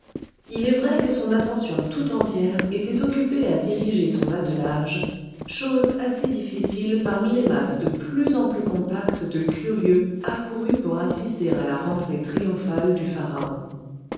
il est vrai que son attention tout entière était occupée à diriger son attelage chose assez difficile parmi les masses de plus en plus compactes de curieux accourus pour assister à la rentrée triomphale du pharaon